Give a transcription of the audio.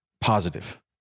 positive